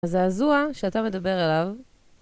הזעזוע שאתה מדבר עליו